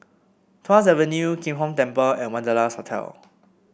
Tuas Avenue Kim Hong Temple and Wanderlust Hotel